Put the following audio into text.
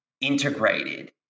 integrated